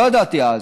לא ידעתי אז,